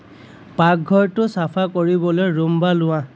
পাকঘৰটো চাফা কৰিবলৈ ৰুম্বা লোৱা